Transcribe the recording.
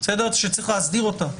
שצריך להסדיר אותה.